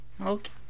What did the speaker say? Okay